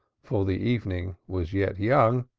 for the evening was yet young,